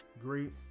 Great